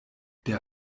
der